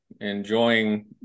enjoying